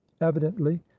evidently